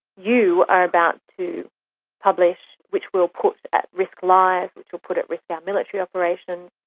you are about to publish, which will put at risk lives, which will put at risk our military operation',